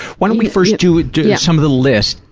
why don't we first do do some of the list,